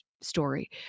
story